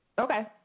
Okay